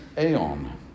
aeon